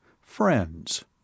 FRIENDS